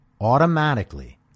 automatically